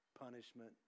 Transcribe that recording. punishment